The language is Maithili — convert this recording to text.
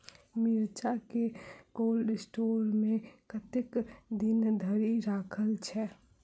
मिर्चा केँ कोल्ड स्टोर मे कतेक दिन धरि राखल छैय?